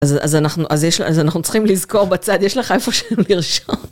אז אנחנו צריכים לזכור בצד, יש לך איפה שנרשום?